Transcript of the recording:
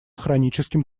хроническим